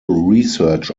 research